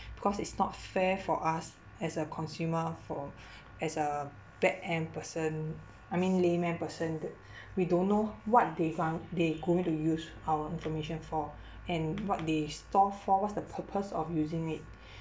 because it's not fair for us as a consumer for as a backend person I mean layman person th~ we don't know what they found they going to use our information for and what they store for what's the purpose of using it